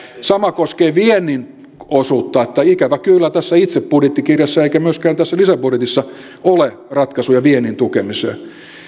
sama koskee viennin osuutta ikävä kyllä ei itse tässä budjettikirjassa eikä myöskään tässä lisäbudjetissa ole ratkaisuja viennin tukemiseen